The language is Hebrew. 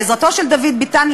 בעזרתו של דוד ביטן,